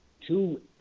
two